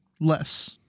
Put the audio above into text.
less